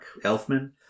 elfman